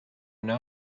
know